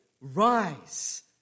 rise